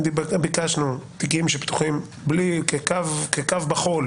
ביקשנו תיקים שפתוחים כקו בחול